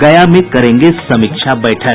गया में करेंगे समीक्षा बैठक